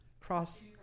Cross